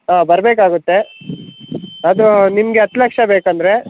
ಹಾಂ ಬರಬೇಕಾಗುತ್ತೆ ಅದು ನಿಮಗೆ ಹತ್ತು ಲಕ್ಷ ಬೇಕಂದರೆ